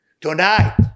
Tonight